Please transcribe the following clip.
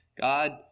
God